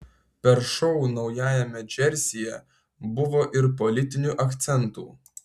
per šou naujajame džersyje buvo ir politinių akcentų